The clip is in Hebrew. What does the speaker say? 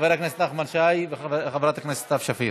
חבר הכנסת נחמן שי וחברת הכנסת סתיו שפיר.